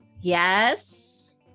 Yes